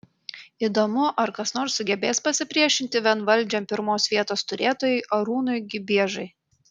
įdomu ar kas nors sugebės pasipriešinti vienvaldžiam pirmos vietos turėtojui arūnui gibiežai